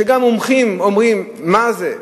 וגם מומחים אומרים: מה זה,